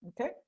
Okay